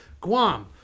Guam